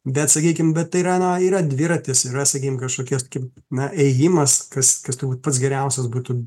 bet sakykim bet tai yra na yra dviratis yra sakykim kažkokios kaip na ėjimas kas kas turbūt pats geriausias būtų